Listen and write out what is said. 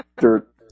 Dirt